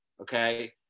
Okay